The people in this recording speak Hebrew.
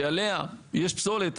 שעליה יש פסולת,